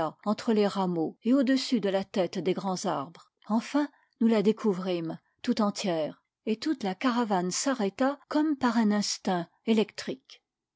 entre les rameaux et au-dessus de la tète des grands arbres enfin nous la découvrîmes tout entière et toute la caravane s'arrêta comme par un instinct électrique